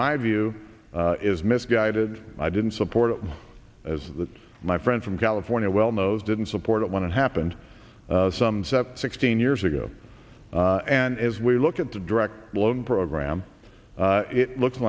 my view is misguided i didn't support it as that my friend from california well knows didn't support it when it happened sums up sixteen years ago and as we look at the direct loan program it looks